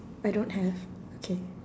I don't have okay